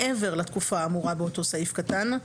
מעבר לתקופה האמורה באותו סעיף קטן,